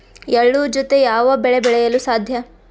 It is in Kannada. ಎಳ್ಳು ಜೂತೆ ಯಾವ ಬೆಳೆ ಬೆಳೆಯಲು ಸಾಧ್ಯ?